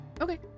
Okay